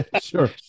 Sure